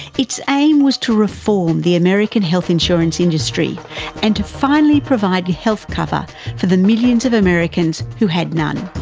its aim was to reform the american health insurance industry and to finally provide health cover for the millions of americans who had none.